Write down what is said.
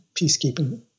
peacekeeping